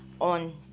on